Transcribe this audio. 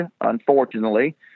unfortunately